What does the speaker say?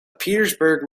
petersburg